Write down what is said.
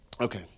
Okay